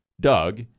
Doug